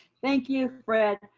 thank you, fred,